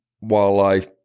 wildlife